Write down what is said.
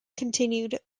continued